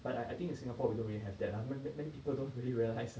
but I I think in Singapore we don't really have that ah many many people don't really realize